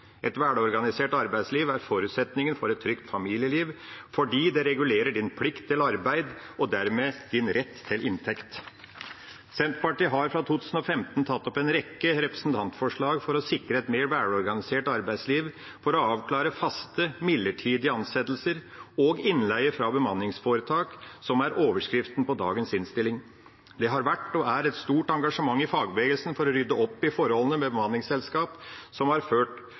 Et velorganisert arbeidsliv er forutsetningen for et trygt familieliv, fordi det regulerer en plikt til arbeid og dermed en rett til inntekt. Senterpartiet har fra 2015 tatt opp en rekke representantforslag for å sikre et mer velorganisert arbeidsliv ved å avklare fast og midlertidig ansettelse og innleie fra bemanningsforetak – som er overskriften på dagens innstilling. Det har vært, og er, et stort engasjement i fagbevegelsen for å rydde opp i forholdene der bemanningsselskap har ført